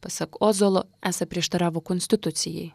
pasak ozolo esą prieštaravo konstitucijai